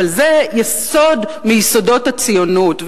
אבל הכלל הזה הוא יסוד מיסודות הציונות.